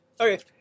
Okay